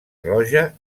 roja